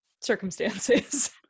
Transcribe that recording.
circumstances